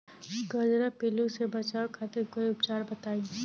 कजरा पिल्लू से बचाव खातिर कोई उपचार बताई?